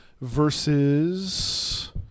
versus